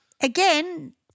again